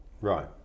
Right